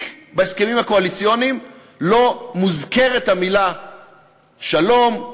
בהסכמים הקואליציוניים לא מוזכרות המילים שלום,